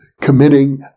committing